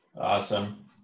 awesome